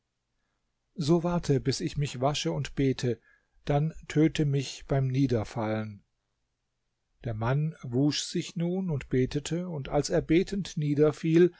so warte bis ich mich wasche und bete dann töte mich beim niederfallen der mann wusch sich nun und betete und als er betend